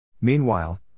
Meanwhile